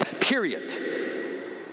Period